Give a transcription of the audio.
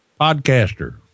podcaster